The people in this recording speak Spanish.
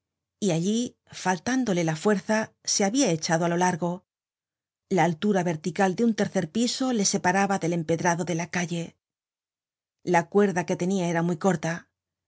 y allí faltándole la fuerza se habia echado á lo largo la altura vertical de un tercer piso le separaba del empedrado de la calle la cuerda que tenia era muy corta